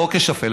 לא כשפל,